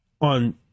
on